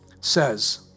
says